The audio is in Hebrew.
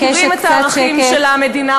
אתם מכירים את הערכים של המדינה,